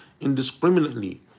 indiscriminately